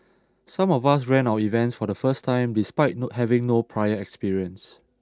some of us ran our events for the first time despite having no prior experience